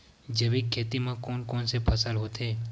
जैविक खेती म कोन कोन से फसल होथे?